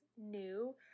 new